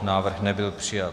Návrh nebyl přijat.